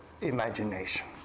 imagination